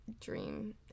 dream